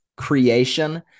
creation